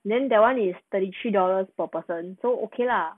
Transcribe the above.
then that [one] is thirty three dollars per person so okay lah